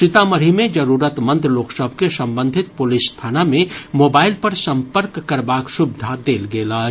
सीतामढ़ी मे जरूरतमंद लोक सभ के संबंधित पुलिस थाना मे मोबाईल पर संपर्क करबाक सुविधा देल गेल अछि